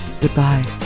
Goodbye